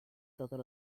todos